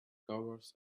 carvers